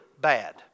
bad